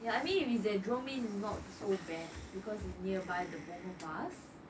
yeah I mean if it's at jurong east is not so bad because is nearby the both of us